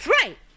Right